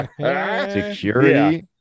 security